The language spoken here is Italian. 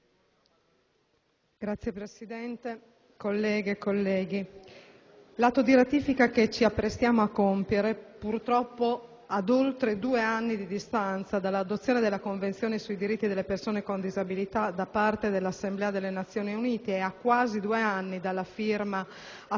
Signor Presidente, onorevoli colleghi, l'atto di ratifica che ci apprestiamo a compiere, purtroppo ad oltre due anni di distanza dall'adozione della Convenzione sui diritti delle persone con disabilità da parte dell'Assemblea delle Nazioni Unite e a quasi due anni dalla firma apposta